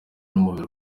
n’umubiri